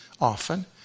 often